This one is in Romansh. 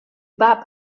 bab